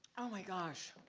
oh my gosh,